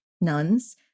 nuns